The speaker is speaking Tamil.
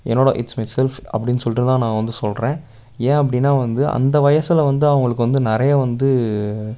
என்னோட இட்ஸ் மை செல்ஃப் அப்படின்னு சொல்லிட்டு தான் நான் வந்து சொல்லுறன் ஏன் அப்படின்னா வந்து அந்த வயசில் வந்து அவங்களுக்கு வந்து நிறையா வந்து